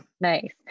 nice